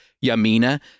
Yamina